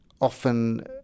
often